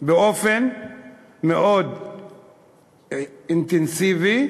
באופן מאוד אינטנסיבי,